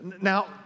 Now